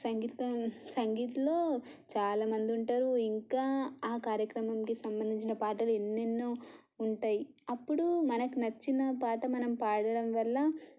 సంగీత సంగీత్లో చాలా మంది ఉంటారు ఇంకా ఆ కార్యక్రమానికి సంబంధించిన పాటలు ఎన్నెన్నో ఉంటాయి అప్పుడు మనకి నచ్చిన పాట మనం పాడటం వల్ల